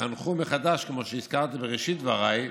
שחנכו מחדש, כמו שהזכרתי בראשית דבריי,